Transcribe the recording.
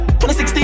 2016